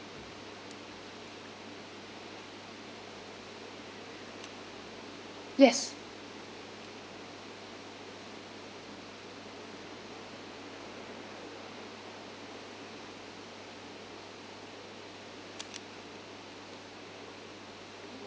yes